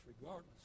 regardless